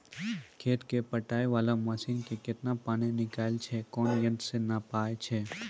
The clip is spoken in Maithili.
खेत कऽ पटाय वाला मसीन से केतना पानी निकलैय छै कोन यंत्र से नपाय छै